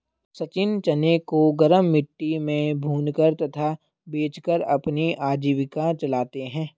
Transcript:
सचिन चने को गरम मिट्टी में भूनकर तथा बेचकर अपनी आजीविका चलाते हैं